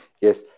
yes